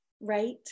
right